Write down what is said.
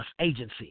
Agency